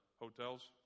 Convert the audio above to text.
hotels